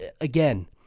Again